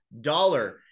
dollar